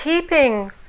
keeping